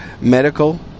Medical